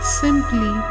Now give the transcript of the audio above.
simply